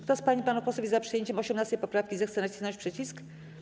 Kto z pań i panów posłów jest za przyjęciem 18. poprawki, zechce nacisnąć przycisk.